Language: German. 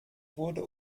wurde